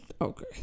okay